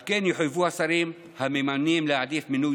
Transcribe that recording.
על כן יחויבו השרים הממנים להעדיף מינוי